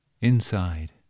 Inside